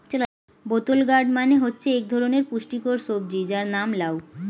বোতল গোর্ড মানে হচ্ছে এক ধরনের পুষ্টিকর সবজি যার নাম লাউ